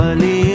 Ali